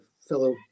fellow